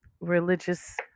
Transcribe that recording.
religious